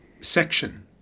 section